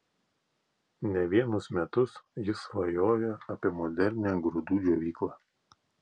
ne vienus metus jis svajojo apie modernią grūdų džiovyklą